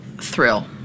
thrill